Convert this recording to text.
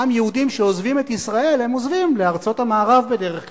גם יהודים שעוזבים את ישראל הם עוזבים לארצות המערב בדרך כלל,